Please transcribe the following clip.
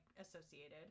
associated